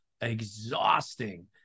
exhausting